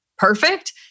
perfect